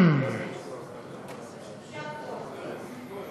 חוק המאבק בתופעת השימוש בחומרים מסכנים (תיקון מס' 2),